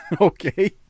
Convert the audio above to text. Okay